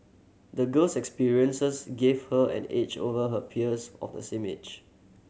the girl's experiences gave her an edge over her peers of the same age